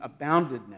aboundedness